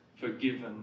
forgiven